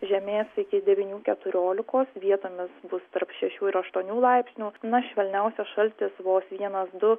žemės iki devynių keturiolikos vietomis bus tarp šešių ir aštuonių laipsnių na švelniausias šaltis vos vienas du